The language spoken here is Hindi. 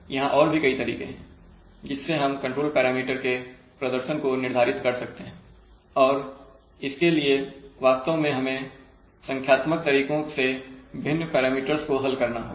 यहां और भी कई तरीके हैं जिससे हम कंट्रोल पैरामीटर के प्रदर्शन को निर्धारित कर सकते हैं और इसके लिए वास्तव में हमें संख्यात्मक तरीकों से विभिन्न पैरामीटर्स को हल करना होगा